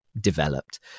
developed